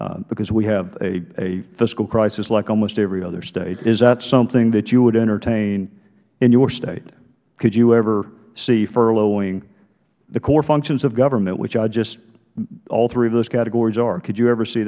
because we have a fiscal crisis like almost every other state is that something that you would entertain in your state could you ever see furloughing the core functions of government which all three of those categories are could you ever see